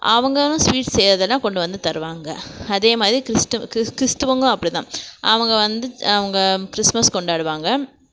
அவங்களும் ஸ்வீட்ஸ் செய்கிறதுலாம் கொண்டு வந்து தருவாங்க அதேமாதிரி கிறிஸ்து கிறிஸ்துவங்க அப்படிதான் அவங்க வந்து அவங்க கிறிஸ்மஸ் கொண்டாடுவாங்க